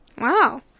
Wow